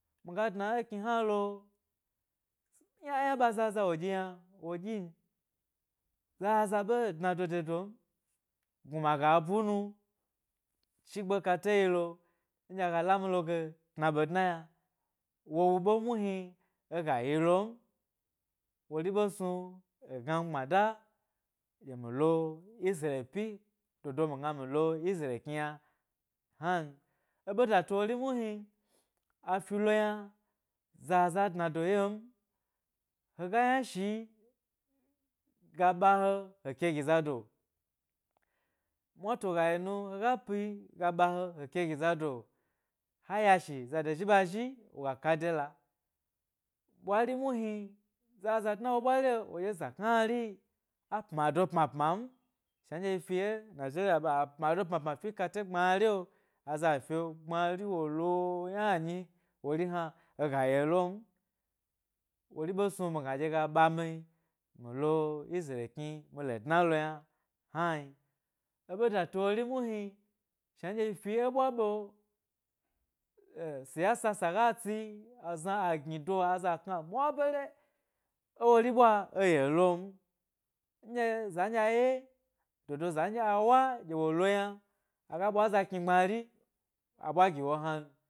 Miga dna e kni hua lo, yna yna ɓa zaza wo ɗyi yna, wo ɗyin zaza ɓe dna do de dom gnuma ga bunu, chigbe kate yilo nɗye aga lami log tna ɓe dna yna, wowu ɓe muhni ega yi lom wori ɓe e gnami gbma da, clye mi lo isreal pyi dodo mi gna mi lo isreal kni yna hnan. E be datu wori muhni afi lo yna zaza dna do yem, hege yna shi ga ɓa he kegi zado, noto gayi nu hega pi ga ɓa he, he ke gi zado ha yashi zado zhi ɓa zhi woga ka dela, ɓwari mutini zaza dna, wo ɓwari'o wodye za knari a pma do pma pmam shna n dye yi fi e nigeria ɓe a pma do pma pma fi e kate gbmari'o aza fye gbmari wo lo yna nyi, wori hna ega ye lom. Wori ɓe snu migna dye ga ɓa mi lo isreal lani mi lo dnalo yna hnan. Ebe datu wori muhni shna nɗye yi fi'e ɓwa ɓe eh siyasa sa ga tsi azna a gnido aza akna mwa bare, ewori ɓwa eye lo m n ɗye za nɗye ye, dodo za nɗye awa ɗye wo lo yna aga ɓwa za kni gbmari agiwo hnan.